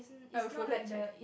err folded chair